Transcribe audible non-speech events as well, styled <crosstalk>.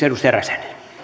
<unintelligible> arvoisa herra